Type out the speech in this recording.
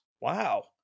Wow